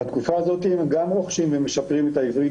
בתקופה הזאת הם גם רוכשים ומשפרים את העברית